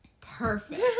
perfect